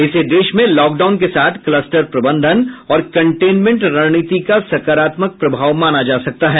इसे देश में लॉकडाउन के साथ क्लस्टर प्रबंधन और कन्टेनमेंट रणनीति का सकारात्मक प्रभाव माना जा सकता है